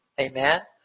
Amen